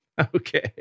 Okay